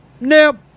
Nope